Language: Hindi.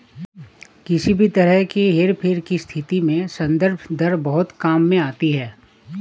किसी भी तरह के हेरफेर की स्थिति में संदर्भ दर बहुत काम में आती है